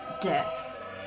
death